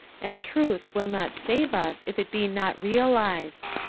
and truth will not save us if it be not realised.